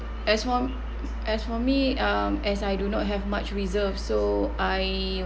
as for me as for me um as I do not have much reserve so I